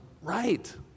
right